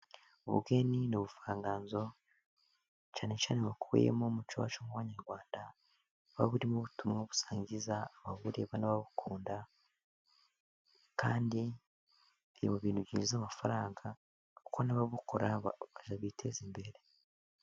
Ubugeni ni ubuvanganzo cyane cyane bukubiyemo umuco wacu w'abanyarwanda, buba burimo ubutumwa busangiza ababukunda n'ababukunda, kandi biba ibintuintu byinjiza amafaranga, kuko n'ababukora biteza imbere.